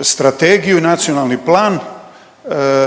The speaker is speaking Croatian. strategiju i nacionalni plan